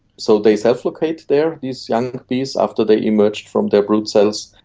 so they self-locate there, these young bees, after they emerge from their brood cells,